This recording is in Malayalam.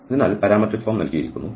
അതിനാൽ പാരാമട്രിക് ഫോം നൽകിയിരിക്കുന്നു